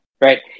Right